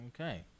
Okay